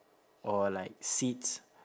or like seeds